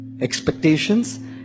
expectations